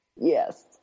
Yes